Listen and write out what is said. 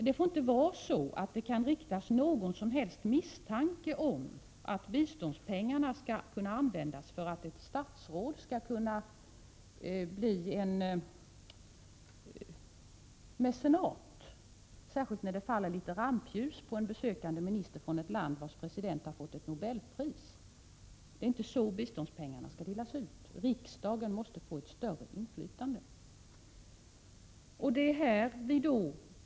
Det får inte vara så att det kan riktas någon som helst misstanke om att biståndspengar används för att ett statsråd skall kunna bli en mecenat, särskilt när det faller litet rampljus på en besökande minister från ett land vars president har fått ett nobelpris. Det är inte så biståndspengarna skall delas ut. Riksdagen måste få ett större inflytande.